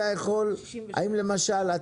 למשל,